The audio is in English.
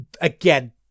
Again